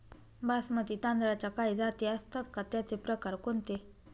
बासमती तांदळाच्या काही जाती असतात का, त्याचे प्रकार कोणते?